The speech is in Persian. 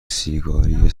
سیگاری